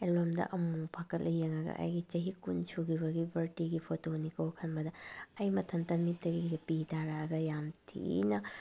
ꯑꯦꯜꯕꯝꯗ ꯑꯃꯨꯃꯨꯛ ꯐꯥꯛꯀꯠꯂ ꯌꯦꯡꯉꯒ ꯑꯩꯒꯤ ꯆꯍꯤ ꯀꯨꯟ ꯁꯨꯈꯤꯕꯒꯤ ꯕꯥꯔꯗꯦꯒꯤ ꯐꯣꯇꯣꯅꯤꯀꯣ ꯈꯟꯕꯗ ꯑꯩ ꯃꯊꯟꯇ ꯃꯤꯠꯇꯒꯤꯒ ꯄꯤ ꯇꯥꯔꯛꯑꯒ ꯌꯥꯝ ꯊꯤꯅ